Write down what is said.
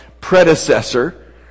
predecessor